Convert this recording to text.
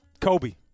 Kobe